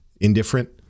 indifferent